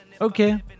Okay